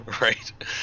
right